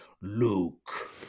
luke